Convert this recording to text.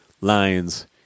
lions